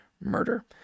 murder